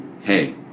hey